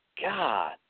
God